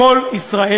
"קול ישראל